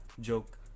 Joke